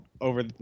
over